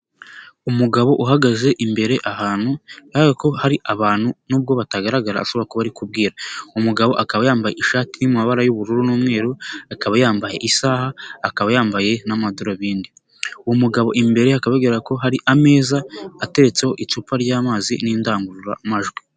Umugabo uhagaze imbere ahantu, na we ko hari abantu n'ubwo batagaragara ashobora kuba kubwira, umugabo akaba yambaye ishati y'amaba y'ubururu n'umweru, akaba yambaye isaha, akaba yambaye n'amadarubindi, uwo mugabo imbere ye hakaba bigaragarara ko hari ameza, atetseho icupa ry'amazi n'indangururamajwi.